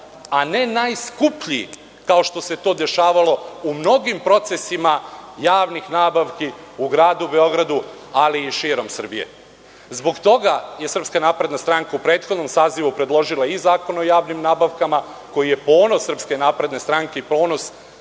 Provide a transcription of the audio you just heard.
a ne najskuplji, kao što se to dešavalo u mnogim procesima javnih nabavki u Gradu Beogradu, ali i širom Srbije. Zbog toga je SNS u prethodnom sazivu predložila i Zakon o javnim nabavkama, koji je ponos SNS i ponos